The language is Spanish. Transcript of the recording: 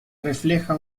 refleja